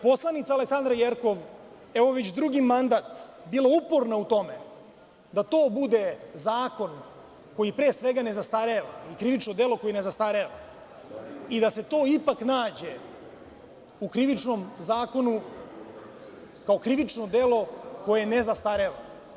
Poslanica Aleksandra Jerkov je evo već drugi mandat bila uporna u tome da to bude zakon koji, pre svega, ne zastareva i krivično delo koje ne zastareva i da se to ipak nađe u Krivičnom zakonu kao krivično delo koje ne zastareva.